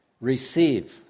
receive